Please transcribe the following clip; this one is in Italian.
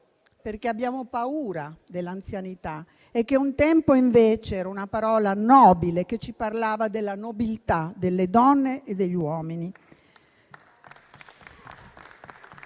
perché abbiamo paura dell'anzianità, e che un tempo, invece, era una parola nobile, che ci parlava della nobiltà delle donne e degli uomini.